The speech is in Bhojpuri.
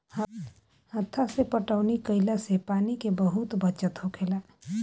हत्था से पटौनी कईला से पानी के बहुत बचत होखेला